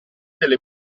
delle